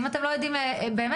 פעם